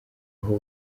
aho